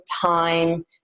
time